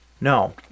No